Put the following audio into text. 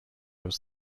was